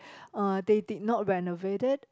uh they did not renovated